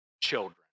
children